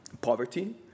poverty